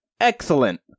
excellent